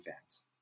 fans